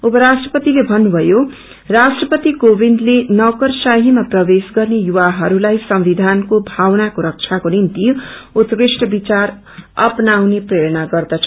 दपराष्ट्रपतिले भन्नुभयो राष्ट्रपति कोविन्दले नौकरशाहीमा प्रवेश गर्ने युवाहरूलाई संविधानको भावनाको रक्षाको निम्ति उत्कृष्ट विचार अपनाउने प्रेरणा गर्दछ